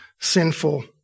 sinful